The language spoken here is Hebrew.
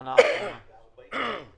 במקרה הטוב, של 70% מהשכר שלהם,